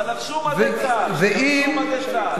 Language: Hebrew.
אבל לבשו מדי צה"ל, לבשו מדי צה"ל.